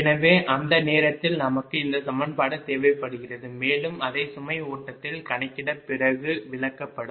எனவே அந்த நேரத்தில் நமக்கு இந்த சமன்பாடு தேவைப்படுகிறது மேலும் அதை சுமை ஓட்டத்தில் கணக்கிட்ட பிறகு விளக்கப்படும்